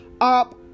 up